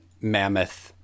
mammoth